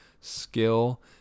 skill